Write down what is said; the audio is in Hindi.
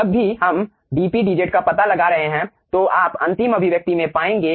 जब भी हम dP dZ का पता लगा रहे हैं तो आप अंतिम अभिव्यक्ति में पाएंगे